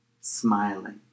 smiling